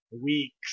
weeks